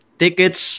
tickets